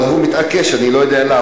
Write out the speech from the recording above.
אבל הוא מתעקש, אני לא יודע למה.